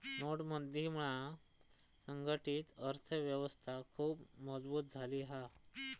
नोटबंदीमुळा संघटीत अर्थ व्यवस्था खुप मजबुत झाली हा